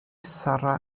sarra